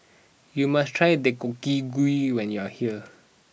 you must try Deodeok Gui when you are here